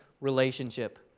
relationship